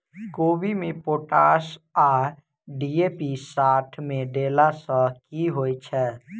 कोबी मे पोटाश आ डी.ए.पी साथ मे देला सऽ की होइ छै?